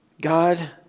God